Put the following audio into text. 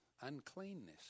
uncleanness